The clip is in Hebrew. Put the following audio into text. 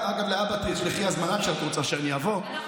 להבא תשלחי הזמנה כשאת רוצה שאני אבוא.